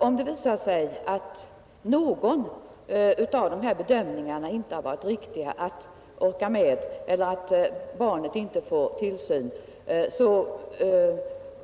Om det visar sig att bedömningen inte varit riktig i något av dessa avseenden,